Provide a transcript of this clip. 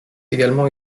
également